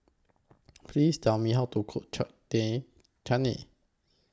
Please Tell Me How to Cook Chutney